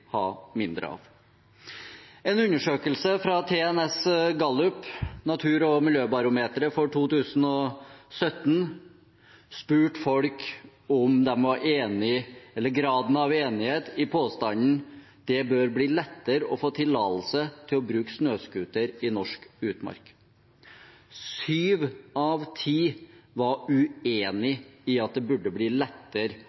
ha mindre av. I en undersøkelse fra TNS Gallup, Natur- og miljøbarometeret 2017, ble folk spurt om i hvilken grad de var enig i påstanden: «Det bør bli lettere å få tillatelse til å bruke snøscooter i norsk utmark.» Sju av ti var